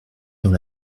dans